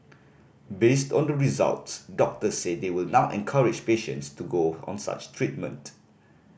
based on the results doctors say they will now encourage patients to go on such treatment